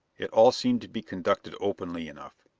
it all seemed to be conducted openly enough.